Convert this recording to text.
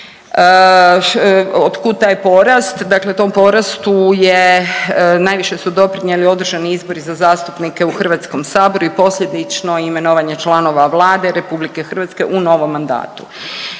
Otkud taj porast? Dakle tom porastu je, najviše su doprinijeli održani izbori za zastupnike u HS i posljedično imenovanje članova Vlade RH u novom mandatu.